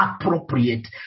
appropriate